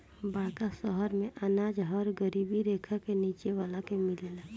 बड़का शहर मेंअनाज हर गरीबी रेखा के नीचे वाला के मिलेला